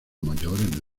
mayores